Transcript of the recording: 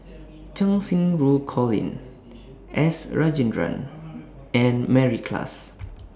Cheng Xinru Colin S Rajendran and Mary Klass